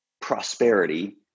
prosperity